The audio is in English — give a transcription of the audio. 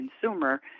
consumer